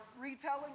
retelling